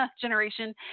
generation